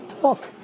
Talk